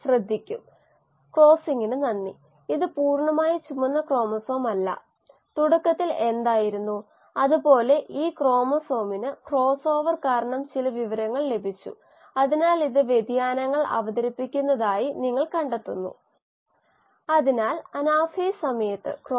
അത് ഉൽപന്നം അല്ലാതെ മറ്റൊരു കോശങ്ങളാൽ നിർമിക്കപ്പെട്ട തന്മാത്ര ആണെകിൽ വളരെ ലളിതമായ ഒരു മോഡൽ മോഡലിനെ ഉൽപന്ന രൂപീകരണ നിരക്കിനായ് ല്യൂഡെക്കിഗ് പൈററ്റ് മോഡൽ എന്ന് വിളിക്കുന്ന മോഡൽ വ്യാപകമായി ഉപയോഗിക്കുന്നു ഇവയെലാം നിരക്കുകളുടെ മോഡലുകൾ ആണെന് ശ്രദ്ധിക്കുക